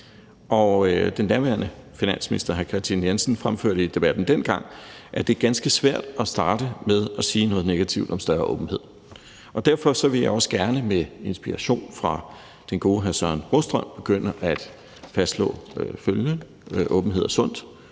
Den daværende finansminister hr. Kristian Jensen fremførte i debatten dengang, at det er ganske svært at starte med at sige noget negativt om større åbenhed, og derfor vil jeg også gerne med inspiration fra den gode hr. Søren Brostrøm begynde med at fastslå følgende: Åbenhed er sundt,